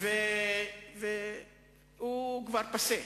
הוא כבר פאסה.